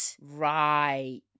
Right